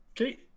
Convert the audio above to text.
Okay